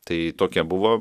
tai tokia buvo